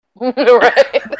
Right